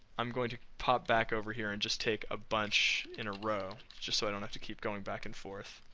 i'm going to pop back over here, and just take a bunch in a row just so i don't have to keep going back and forth.